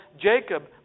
Jacob